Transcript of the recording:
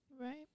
Right